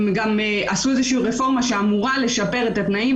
הם גם עשו איזושהי רפורמה שאמורה לשפר את התנאים,